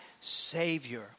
Savior